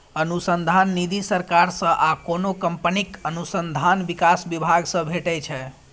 अनुसंधान निधि सरकार सं आ कोनो कंपनीक अनुसंधान विकास विभाग सं भेटै छै